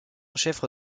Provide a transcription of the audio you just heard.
chef